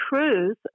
truth